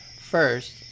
First